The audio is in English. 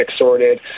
sorted